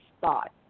thought